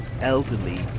elderly